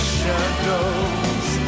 shadows